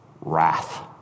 wrath